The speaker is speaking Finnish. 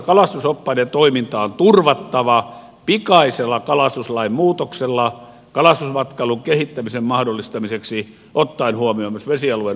kalastusoppaiden toiminta on turvattava pikaisella kalastuslain muutoksella kalastusmatkailun kehittämisen mahdollistamiseksi ottaen huomioon myös vesialueen omistajien aseman